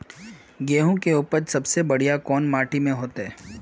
गेहूम के उपज सबसे बढ़िया कौन माटी में होते?